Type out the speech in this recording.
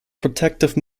protective